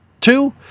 two